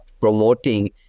promoting